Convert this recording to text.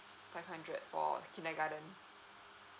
five hundred for kindergarten